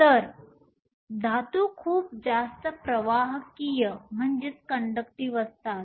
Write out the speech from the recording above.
तर धातू खूप जास्त प्रवाहकीय असतात